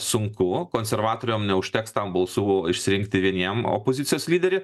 sunku konservatoriam neužteks tam balsų išsirinkti vieniem opozicijos lyderį